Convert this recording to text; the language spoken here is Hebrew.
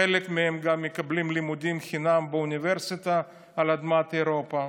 חלק מהם גם מקבלים לימודים חינם באוניברסיטה על אדמת אירופה